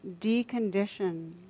decondition